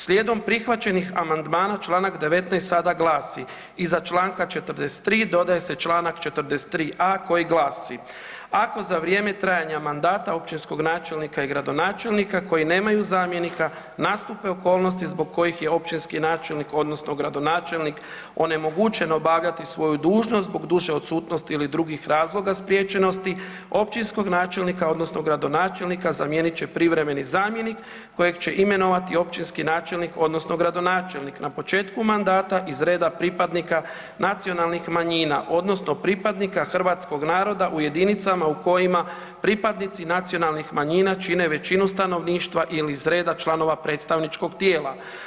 Slijedom prihvaćenih amandmana Članak 19. sada glasi: Iza Članak 43. dodaje se Članak 43a. koji glasi: Ako za vrijeme trajanja mandata općinskog načelnika i gradonačelnika koji nemaju zamjenika nastupe okolnosti zbog kojih je općinski načelnik odnosno gradonačelnik onemogućen obavljati svoju dužnost zbog duže odsutnosti ili drugih razloga spriječenosti, općinskog načelnika odnosno gradonačelnika zamijenit će privremeni zamjenik kojeg će imenovati općinski načelnik odnosno gradonačelnik na početku mandata iz reda pripadnika nacionalnih manjina odnosno pripadnika hrvatskog naroda u jedinicama u kojima pripadnici nacionalnih manjina čine većinu stanovništva ili iz reda članova predstavničkog tijela.